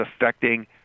affecting